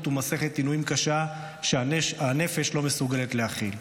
ומסכת עינויים קשה שהנפש לא מסוגלת להכיל.